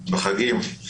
בחגים.